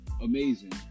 amazing